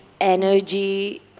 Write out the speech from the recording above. energy